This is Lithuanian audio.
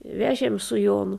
vežėm su jonu